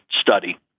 study